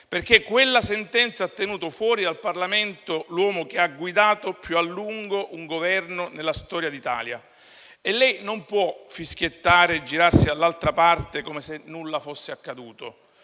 perché quella sentenza ha tenuto fuori dal Parlamento l'uomo che ha guidato più a lungo un Governo nella storia d'Italia, e lei non può fischiettare e girarsi dall'altra parte, come se nulla fosse accaduto.